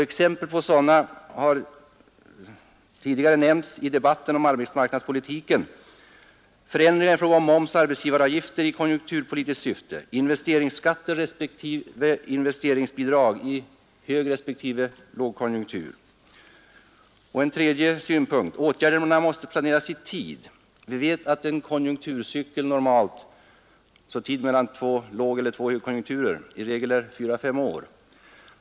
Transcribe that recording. Exempel på sådana har tidigare nämnts i debatten om arbetsmarknadspolitiken, förändringar i fråga om moms och arbetsgivaravgifter i konjunkturpolitiskt syfte, investeringsskatter respektive investeringsbidrag i högrespektive lågkonjunktur. En tredje synpunkt: Åtgärderna måste planeras i tid. Vi vet att en konjunkturcykel, alltså tiden mellan två lågeller två högkonjunkturer, i regel är fyra fem år.